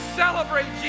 celebrate